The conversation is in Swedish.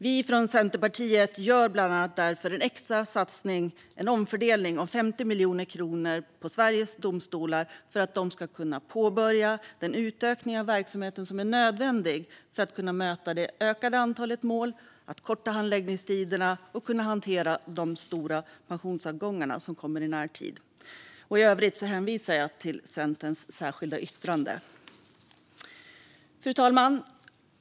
Vi från Centerpartiet gör bland annat därför en extra satsning med en omfördelning av 50 miljoner kronor till Sveriges domstolar för att de ska kunna påbörja den utökning av verksamheten som är nödvändig för att kunna möta det ökade antalet mål, korta handläggningstiderna och hantera de stora pensionsavgångar som kommer i närtid. I övrigt hänvisar jag till Centerns särskilda yttrande. Fru talman!